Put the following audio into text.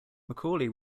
macaulay